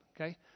Okay